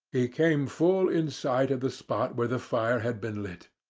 he came full in sight of the spot where the fire had been lit.